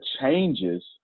changes